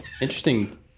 interesting